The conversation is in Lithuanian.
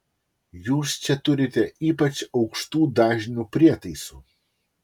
jūs čia turite ypač aukštų dažnių prietaisų